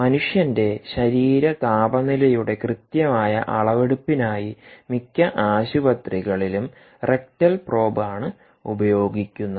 മനുഷ്യന്റെ ശരീര താപനിലയുടെ കൃത്യമായ അളവെടുപ്പിനായി മിക്ക ആശുപത്രികളിലും റെക്ടൽ പ്രോബ് ആണ് ഉപയോഗിക്കുന്നത്